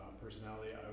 personality